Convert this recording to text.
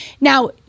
Now